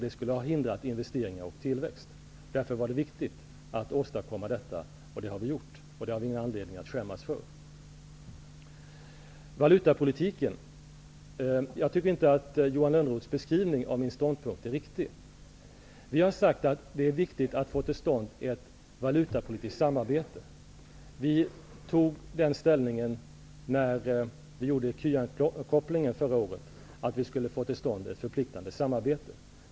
Det skulle ha hindrat investeringar och tillväxt. Därför var det viktigt att åstadkomma en uppgörelse, och det har vi nu gjort. Det har vi ingen anledning att skämmas för. Valutapolitiken: Jag tycker inte att Johan Lönnroths beskrivning av min ståndpunkt är riktig. Vi har sagt att det är viktigt att få till stånd ett valutapolitiskt samarbete. Vi hade den inställningen förra året i samband med écukopplingen, att vi skulle få till stånd ett förpliktigande samarbete.